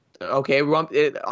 okay